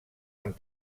amb